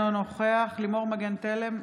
אינו נוכח לימור מגן תלם,